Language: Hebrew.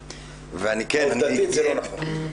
עובדתית זה לא נכון.